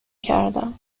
کردم